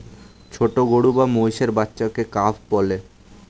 ছোট গরু বা মহিষের বাচ্চাকে কাফ বলে